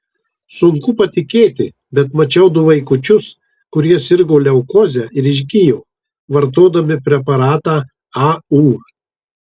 sunku patikėti bet mačiau du vaikučius kurie sirgo leukoze ir išgijo vartodami preparatą au